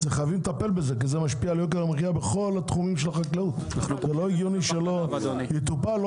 אני רוצה שהפיקוח על המחיר לא יהיה בסוף, אלא גם